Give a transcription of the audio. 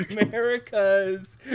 America's